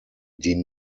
die